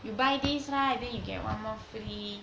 you buy these lah then you get one more free